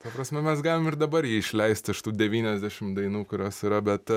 ta prasme mes galim ir dabar jį išleist iš tų devyniasdešim dainų kurios yra bet